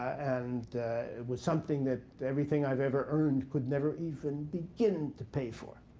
and it was something that everything i've ever earned could never even begin to pay for.